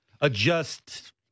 adjust